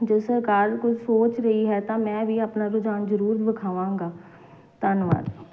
ਜੋ ਸਰਕਾਰ ਕੁਝ ਸੋਚ ਰਹੀ ਹੈ ਤਾਂ ਮੈਂ ਵੀ ਆਪਣਾ ਰੁਝਾਨ ਜ਼ਰੂਰ ਵਿਖਾਵਾਂਗਾ ਧੰਨਵਾਦ